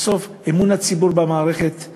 בסוף אמון הציבור בנו נפגע,